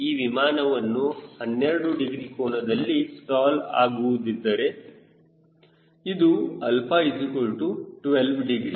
ಈ ವಿಮಾನವು 12 ಡಿಗ್ರಿ ಕೋನದಲ್ಲಿ ಸ್ಟಾಲ್ ಆಗುವುದಿದ್ದರೆ ಇದು 𝛼 12 ಡಿಗ್ರಿ